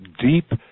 deep